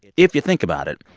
if you think about it,